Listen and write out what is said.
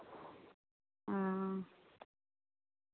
हाँ